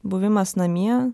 buvimas namie